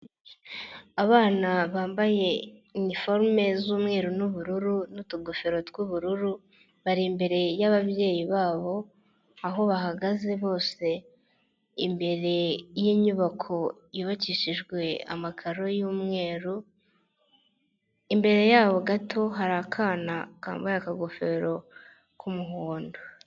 Abana bambaye iniforume z'umweru n'ubururu n'utugofero tw'ubururu bari imbere y'ababyeyi babo aho bahagaze bose imbere y'inyubako yubakishijwe amakaro y'umweru, imbere yabo gato hari akana kambaye akagofero k'umuhondo.